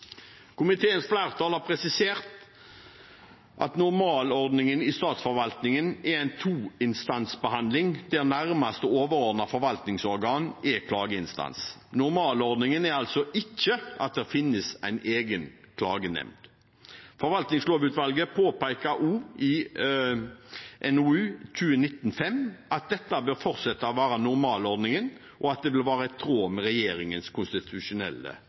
Komiteens flertall har presisert at normalordningen i statsforvaltningen er en toinstansbehandling der nærmeste overordnede forvaltningsorgan er klageinstans. Normalordningen er altså ikke at det finnes en egen klagenemnd. Forvaltningslovutvalget påpeker også i NOU 2019: 5 at dette bør fortsette å være normalordningen, og at det vil være i tråd med regjeringens konstitusjonelle